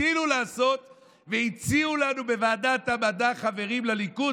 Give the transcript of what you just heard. הגדילו לעשות והציעו לנו בוועדת המדע חברים לליכוד.